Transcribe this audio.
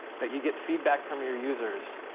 that you get feedback from your users,